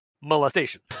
molestation